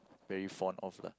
very fond of lah